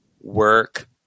work